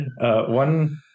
One